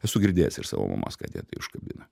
esu girdėjęs iš savo mamos kad ją tai užkabina